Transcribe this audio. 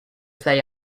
play